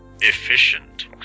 efficient